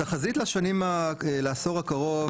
התחזית לעשור הקרוב,